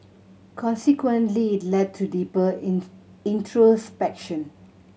consequently led to deeper in introspection